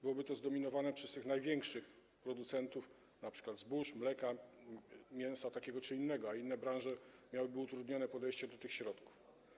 Byłoby to zdominowane przez tych największych producentów, np. zbóż, mleka, mięsa, takiego czy innego, a inne branże miałyby utrudniony dostęp do tych środków.